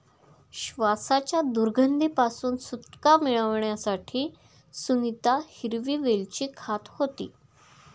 श्वासाच्या दुर्गंधी पासून सुटका मिळवण्यासाठी सुनीता हिरवी वेलची खात होती